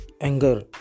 anger